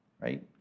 right